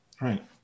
right